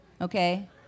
Okay